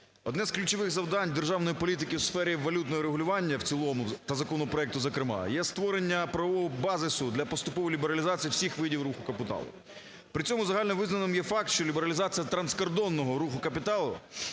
одне з ключових завдань державної політики у сфері валютного регулювання в цілому та законопроекту зокрема є створення правового базису для поступової лібералізації всіх видів руху капіталу. При цьому загальновизнаним є факт, що лібералізація транскордонного руху капіталу,